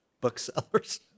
booksellers